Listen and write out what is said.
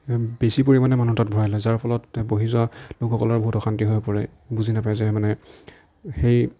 বেছি পৰিমাণে মানুহ তাত ভৰাই লয় যাৰ ফলত বহি যোৱা লোকসকলৰ বহুত অশান্তি হৈ পৰে বুজি নাপায় যে মানে সেই